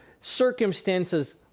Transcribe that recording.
circumstances